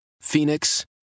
Phoenix